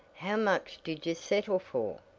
how much did you settle for?